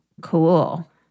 Cool